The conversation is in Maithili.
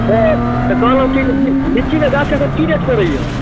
तऽ कहलहुँ कि जे ली लीचीके गाछ एखन की रेट पड़ैए